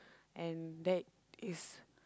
and that is